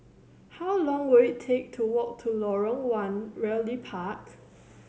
how long will it take to walk to Lorong One Realty Park